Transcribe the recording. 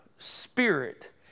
Spirit